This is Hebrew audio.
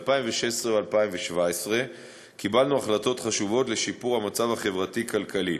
ב-2016 ו-2017 קיבלנו החלטות חשובות לשיפור המצב החברתי כלכלי.